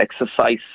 exercise